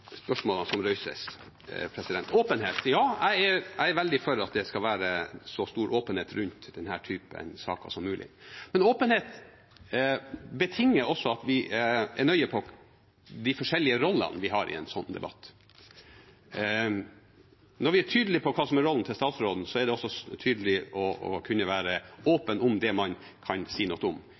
spørsmålene som reises: Åpenhet – ja, jeg er veldig for at det skal være så stor åpenhet rundt denne typen saker som mulig, men åpenhet betinger også at vi er nøye på de forskjellige rollene vi har i en slik debatt. Når vi er tydelige på hva som er rollen til statsråden, er det også tydelig å kunne være åpen om det man kan si noe om